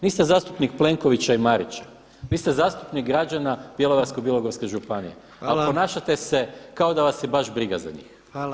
Niste zastupnik Plenkovića i Marića, vi ste zastupnik građana Bjelovarsko-bilogorske županije a ponašate se kao da vas je baš briga za njih.